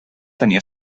tenir